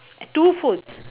two foods